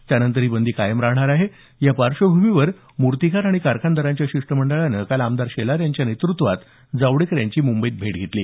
त्यानंतर ही बंदी कायम राहणार आहे या पार्श्वभूमीवर मूर्तीकार आणि कारखानदारांच्या शिष्टमंडळाने काल आमदार शेलार यांच्या नेतृत्वात जावडेकर यांची मुंबईत भेट घेतली